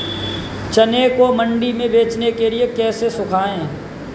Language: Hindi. चने को मंडी में बेचने के लिए कैसे सुखाएँ?